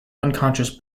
unconscious